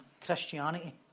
Christianity